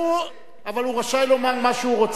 הוא רשאי לומר מה שהוא רוצה מעל הבמה.